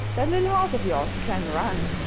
that little horse of yours can run!